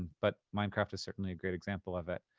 but minecraft is certainly a great example of it.